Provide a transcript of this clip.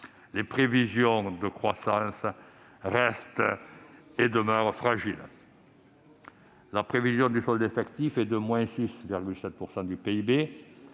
les prévisions de croissance varient et restent fragiles. La prévision de solde effectif est de-6,7 % du PIB,